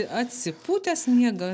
atsipūtęs miega